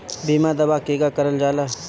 बीमा दावा केगा करल जाला?